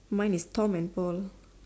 mine is Tom and Paul